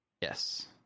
yes